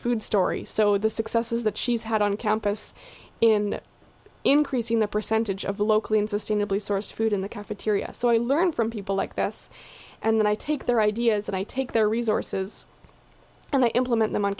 food story so the successes that she's had on campus in increasing the percentage of locally in sustainably sourced food in the cafeteria so i learn from people like this and then i take their ideas and i take their resources and i implement them on